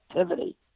activity